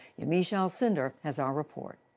yamiche alcindor has our report.